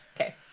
Okay